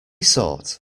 sort